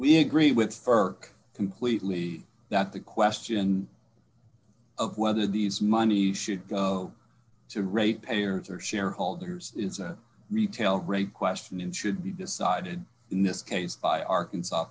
we agree with ferk completely that the question of whether these money should go to ratepayers or shareholders it's a retail great question and should be decided in this case by arkansas